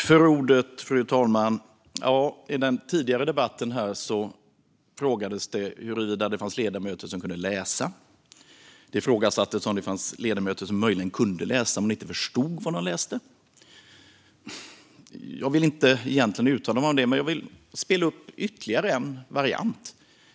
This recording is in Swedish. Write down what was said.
Fru talman! I den tidigare debatten frågades huruvida det fanns ledamöter som kunde läsa. Det frågades ifall det fanns ledamöter som möjligen kunde läsa men som inte förstod vad de läste. Jag vill egentligen inte uttala mig om det. Men jag vill lägga till ytterligare en variant.